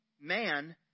man